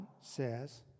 says